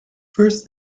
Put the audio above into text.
first